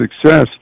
success